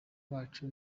bacu